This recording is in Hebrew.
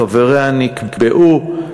חבריה נקבעו,